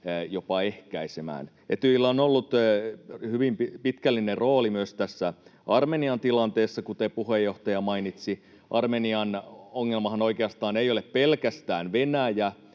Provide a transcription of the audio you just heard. jopa ehkäisemään. Etyjillä on ollut hyvin pitkällinen rooli myös Armenian tilanteessa, kuten puheenjohtaja mainitsi. Armenian ongelmahan oikeastaan ei ole pelkästään Venäjä